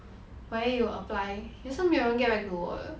我也有 apply 只是没有人 get back to 我的